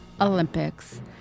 Olympics